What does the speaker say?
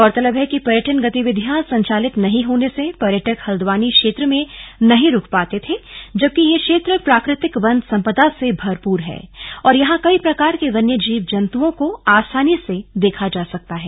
गौरतलब है कि पर्यटन गतिविधियां संचालित नही होने से पर्यटक हल्द्वानी क्षेत्र में नही रुक पाते थे जबकि यह क्षेत्र प्राकृतिक वन संपदा से भरपूर है और यहां कई प्रकार के वन्य जीव जन्तुओं को आसानी से देखा जा सकता है